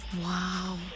wow